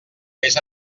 vés